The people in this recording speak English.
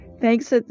Thanks